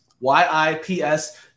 Y-I-P-S